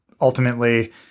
ultimately